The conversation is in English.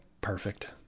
perfect